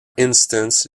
instance